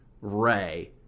ray